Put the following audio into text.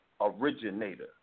originator